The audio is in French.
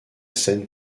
scène